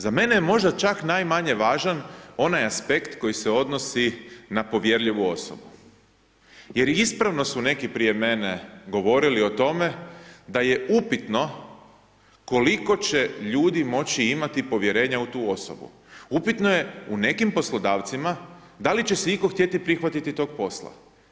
Za mene je možda čak najmanje važan onaj aspekt koji se odnosi na povjerljivu osobu jer ispravno su neki prije mene govorili o tome da je upitno koliko će ljudi moći imati povjerenja u tu osobu, upitno je u nekim poslodavcima da li će se itko htjeti prihvatiti tog posla.